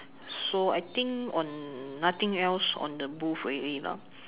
so I think on nothing else on the booth already lah